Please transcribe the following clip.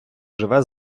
живе